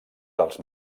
dels